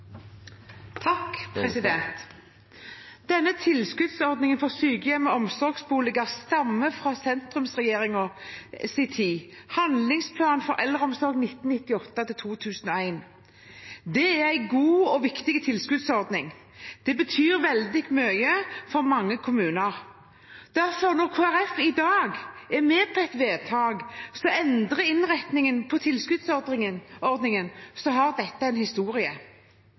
Denne tilskuddsordningen for sykehjem og omsorgsboliger stammer fra sentrumsregjeringens tid – Handlingsplan for eldreomsorg 1998–2001. Det er en god og viktig tilskuddsordning. Den betyr veldig mye for mange kommuner. Derfor, når Kristelig Folkeparti i dag er med på et vedtak som endrer innretningen på tilskuddsordningen, har dette en historie.